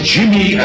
Jimmy